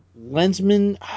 Lensman